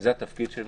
זה התפקיד שלי,